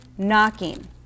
knocking